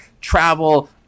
travel